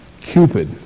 Cupid